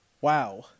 wow